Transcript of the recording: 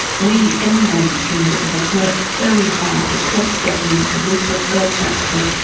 we in the united kingdom have worked very hard across government, but with the third sector,